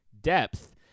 depth